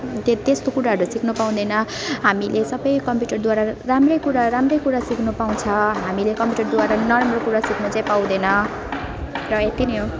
त्य त्यस्तो कुराहरू सिक्नपाउँदैन हामीले सबै कम्प्युटरद्वारा राम्रै कुरा राम्रै कुरा सिक्नपाउँछ हामीले कम्प्युटरद्वारा नराम्रो कुरा सिक्न चाहिँ पाउँदैन र यति नै हो